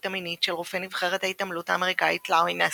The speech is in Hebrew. המינית של רופא נבחרת ההתעמלות האמריקאית לארי נאסר.